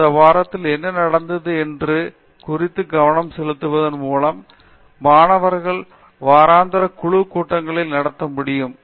அந்த வாரத்தில் என்ன நடந்தது என்பது குறித்து கவனம் செலுத்துவதன் மூலம் மாணவர்கள் வாராந்த குழு கூட்டங்களை நடத்த முடியும்